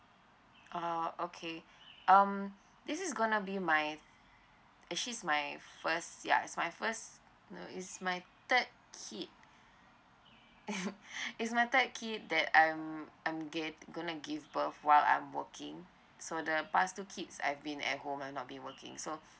orh okay um this is gonna be my as she's my first ya it's my first no it's my third kid it's my third kid that um I'm get gonna give birth while I'm working so the past two kids I've been at home and I'm not been working so